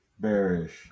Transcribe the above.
bearish